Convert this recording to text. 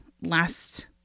last